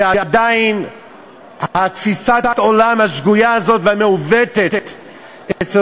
שעדיין תפיסת העולם השגויה והמעוותת הזאת אצל